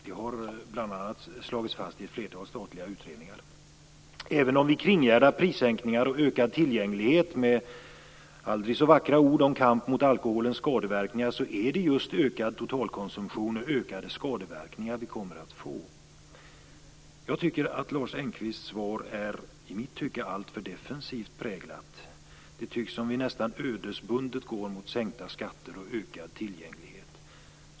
De har bl.a. slagits fast i ett flertal statliga utredningar. Även om vi kringgärdar prissänkningar och ökad tillgänglighet med aldrig så vackra ord om kamp mot alkoholens skadeverkningar, är det just ökad totalkonsumtion och ökade skadeverkningar vi kommer att få. Lars Engqvists svar är i mitt tycke alltför defensivt präglat. Det verkar som om vi nästan ödesbundet går mot sänkta skatter och ökad tillgänglighet.